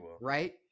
right